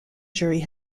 jury